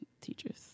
teachers